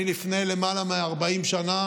לפני יותר מ-40 שנה